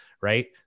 right